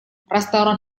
restoran